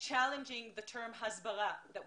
אי אפשר להגן על מיעוט אחד או על מדינה אחת בסופו